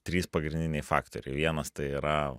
trys pagrindiniai faktoriai vienas tai yra